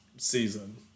season